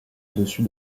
dessus